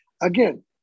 Again